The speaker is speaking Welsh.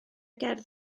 gerdd